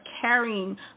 carrying